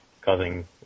causing